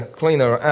cleaner